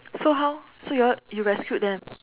so how so you all you rescued them